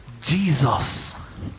Jesus